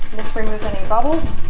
this removes any bubbles